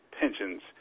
pensions